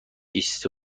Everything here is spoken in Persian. بیست